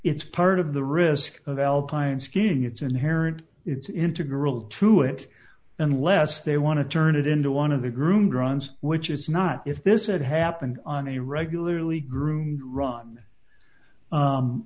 it's part of the risk of alpine skiing it's inherent it's integral to it unless they want to turn it into one of the groomed runs which is not if this had happened on a regularly groomed run